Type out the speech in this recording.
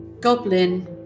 Goblin